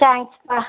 thanks ஆ